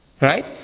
Right